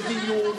זה דיון.